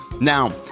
Now